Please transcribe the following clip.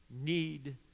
need